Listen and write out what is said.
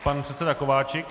Pan předseda Kováčik.